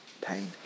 pain